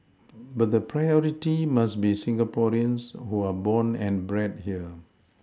but the Priority must be Singaporeans who are born and bred here